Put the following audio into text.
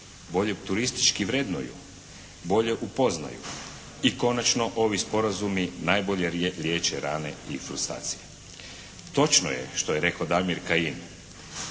bolje turistički vrednuju, bolje upoznaju i konačno ovi sporazumi najbolje liječe rane i frustracije. Točno je što je rekao Damir Kajin,